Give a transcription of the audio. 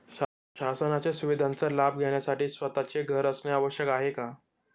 शासनाच्या सुविधांचा लाभ घेण्यासाठी स्वतःचे घर असणे आवश्यक आहे का?